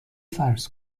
فرض